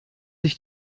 ich